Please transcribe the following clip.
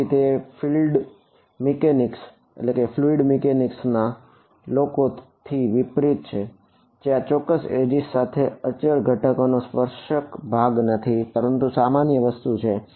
તેથી તેથી આ ફ્લ્યુડ મિકેનિક્સ સાથે અચળ ઘટક નો સ્પર્શક ભાગ નથી પરંતુ સામાન્ય વસ્તુ છે